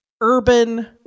urban